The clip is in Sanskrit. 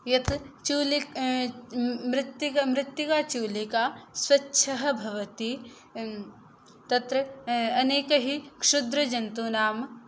यत् मृत्तिका चूलिका स्वच्छः भवति तत्र अनेके हि क्षुद्रजन्तूनां